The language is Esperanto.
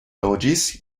loĝis